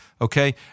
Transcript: okay